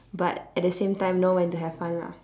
but at the same time know when to have fun lah